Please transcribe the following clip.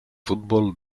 fútbol